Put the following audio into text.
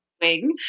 swing